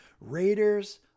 Raiders